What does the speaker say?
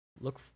look